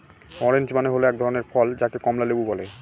orange মানে হল এক ধরনের ফল যাকে কমলা লেবু বলে